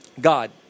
God